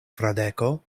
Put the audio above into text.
fradeko